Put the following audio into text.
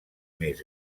més